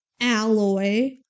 Alloy